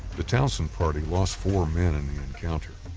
the townsend party lost four men in the encounter.